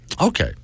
Okay